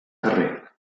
carrer